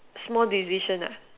small decision ah